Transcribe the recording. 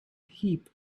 heap